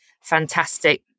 fantastic